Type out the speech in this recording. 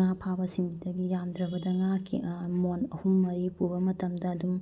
ꯉꯥ ꯐꯥꯕꯁꯤꯡꯗꯒꯤ ꯌꯥꯝꯗ꯭ꯔꯕꯗ ꯉꯥ ꯃꯣꯟ ꯑꯍꯨꯝ ꯃꯔꯤ ꯄꯨꯕ ꯃꯇꯝꯗ ꯑꯗꯨꯝ